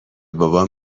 بابام